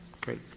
Great